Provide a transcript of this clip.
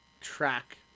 track